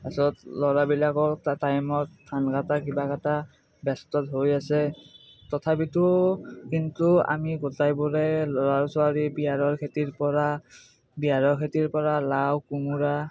পাছত ল'ৰাবিলাকো টাইমত ধান কটা কিবা কটাত ব্যস্ত হৈ আছে তথাপিতো কিন্তু আমি গোটেইবোৰে ল'ৰা ছোৱালীৰ বিহাৰৰ খেতিৰপৰা বিহাৰৰ খেতিৰপৰা লাও কোমোৰা